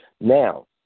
Now